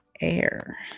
air